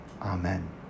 Amen